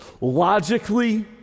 Logically